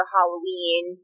Halloween